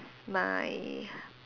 my